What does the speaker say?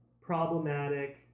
problematic